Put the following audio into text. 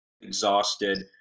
exhausted